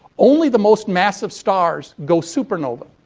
only the most massive stars go supernova.